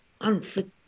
unfit